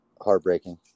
heartbreaking